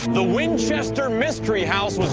the winchester mystery house was